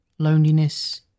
Loneliness